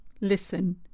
listen